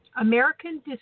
American